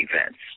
events